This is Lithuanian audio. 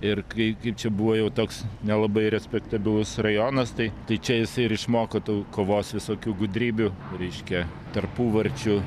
ir kai kaip čia buvo jau toks nelabai respektabilus rajonas tai tai čia jisai ir išmoko tų kovos visokių gudrybių reiškia tarpuvarčių